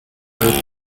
wird